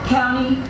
County